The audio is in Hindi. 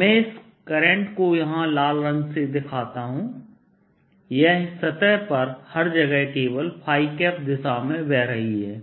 मैं इस करंट को यहाँ लाल रंग के साथ दिखाता हूँ यह सतह पर हर जगह केवल दिशा में बह रही है